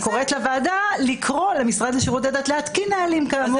אני קוראת לוועדה לקרוא למשרד לשירותי דת להתקין נהלים כאמור.